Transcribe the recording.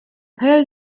teil